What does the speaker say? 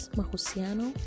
mahusiano